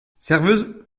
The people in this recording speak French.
serveuse